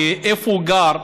איפה הוא גר,